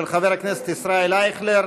של חבר הכנסת ישראל אייכלר.